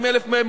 80,000 מהן,